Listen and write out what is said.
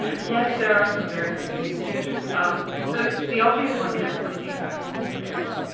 yes, there are some very significant dangers. um the the obvious one that everyone thinks of is polar bears.